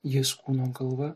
jis kūno galva